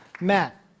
Matt